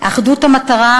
אחדות המטרה,